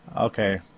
Okay